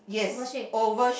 oval shape